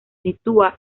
sitúa